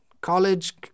college